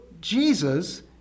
Jesus